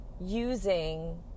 using